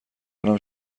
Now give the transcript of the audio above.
دارم